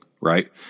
right